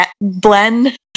blend